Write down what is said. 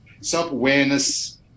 self-awareness